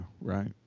right